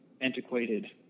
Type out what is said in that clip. antiquated